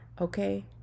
okay